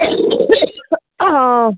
অঁ